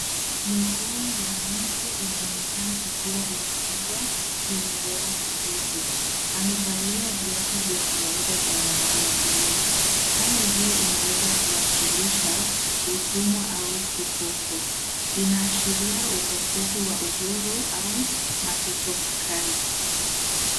Miguu ya mtu inaonekana ikiwa imefungwa minyororo mizito. Amevalia viatu vya kawaida vya rangi ya bluu. Hali hii inaweza kuwakilisha utumwa au kifungo. Inaashiria ukosefu wa uhuru au mateso makali.